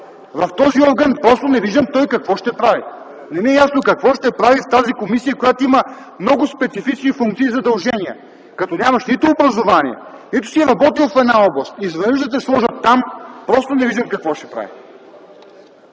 в този орган не виждам какво ще прави той. Не ми е ясно какво ще прави в тази комисия, която има много специфични функции и задължения. Като нямаш нито образование, нито си работил в една област, изведнъж да те сложат там – просто не виждам какво ще прави.